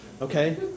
Okay